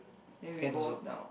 then we go down